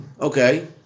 Okay